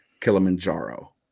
Kilimanjaro